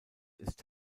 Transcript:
ist